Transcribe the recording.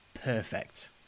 Perfect